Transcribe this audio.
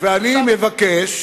אני מבקש